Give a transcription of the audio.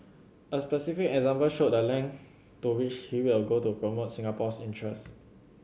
a specific example showed the length to which he will go to promote Singapore's interest